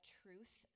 truth